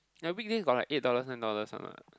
ya weekdays got like eight dollars nine dollars [one] [what]